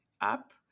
up